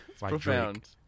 profound